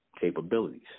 capabilities